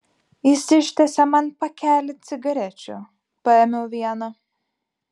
jis ištiesė man pakelį cigarečių paėmiau vieną